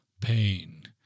pain